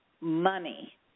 money